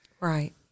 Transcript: Right